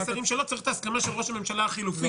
השרים שלו לכאורה צריך את ההסכמה של ראש הממשלה החלופי.